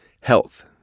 Health